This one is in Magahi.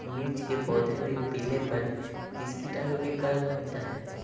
मिर्च के पौधे में पिलेपन किस कीटाणु के कारण होता है?